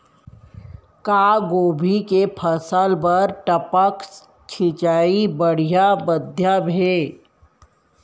का गोभी के फसल बर टपक सिंचाई बढ़िया माधयम हे?